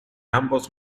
ambos